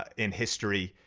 in history.